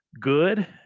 good